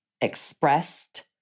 expressed